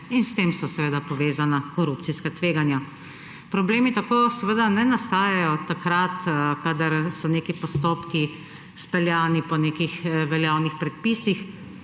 s tem pa so seveda povezana korupcijska tveganja. Problemi seveda ne nastajajo takrat, kadar so postopki speljani po nekih veljavnih predpisih,